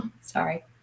sorry